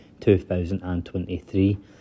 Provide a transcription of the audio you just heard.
2023